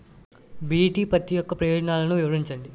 BT పత్తి యొక్క ప్రయోజనాలను వివరించండి?